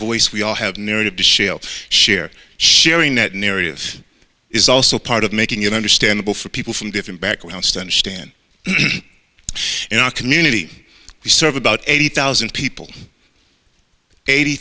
voice we all have narrative to shale share sharing that narrative is also part of making it understandable for people from different backgrounds to understand in our community we serve about eighty thousand people eighty